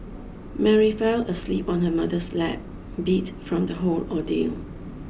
Mary fell asleep on her mother's lap beat from the whole ordeal